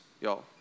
y'all